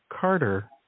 Carter